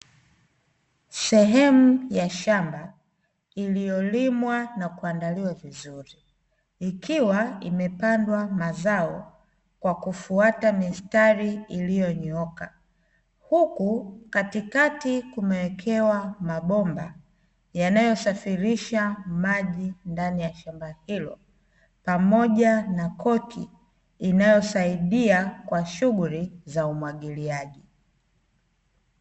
Sehemu ya shamba iliyolimwa na kuandaliwa vizuri ikiwa imepandwa mazao kwa kufuata mistari iliyonyooka, huku katikati kumewekewa mabomba yanayo safirisha maji ndani ya shamba hilo pamoja na koki inayosaidia kwa shughuli za umwagiliaji.